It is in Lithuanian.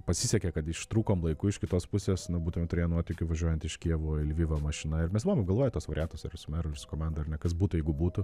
pasisekė kad ištrūkom laiku iš kitos pusės nu būtumėm turėję nuotykių važiuojant iš kijevo į lvivą mašina ir mes buvom apgalvoję tuos variantus ar su meru ir su komanda ar ne kas būtų jeigu būtų